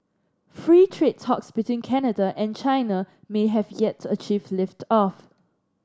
free trade talks between Canada and China may have yet to achieve lift off